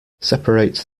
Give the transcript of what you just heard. separate